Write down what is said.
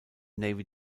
navy